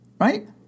Right